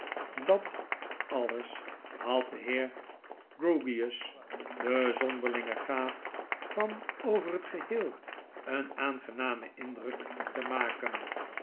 dat alles had de heer grewgious de zonderlinge gaaf van over het geheel een aangenamen indruk te maken